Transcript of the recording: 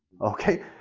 Okay